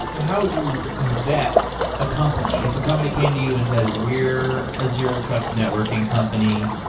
how would you vet a company, if a company came to you and said, we're a zero-trust networking company.